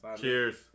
Cheers